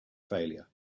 failure